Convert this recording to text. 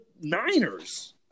Niners